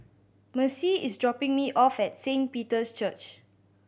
Macie is dropping me off at Saint Peter's Church